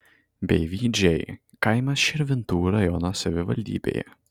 beivydžiai kaimas širvintų rajono savivaldybėje